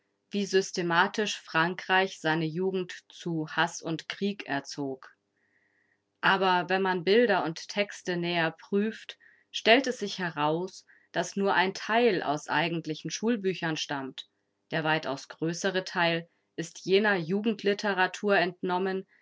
wie systematisch frankreich seine jugend zu haß und krieg erzog aber wenn man bilder und texte näher prüft stellt es sich heraus daß nur ein teil aus eigentlichen schulbüchern stammt der weitaus größte teil ist jener jugendliteratur entnommen